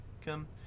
come